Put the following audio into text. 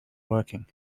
working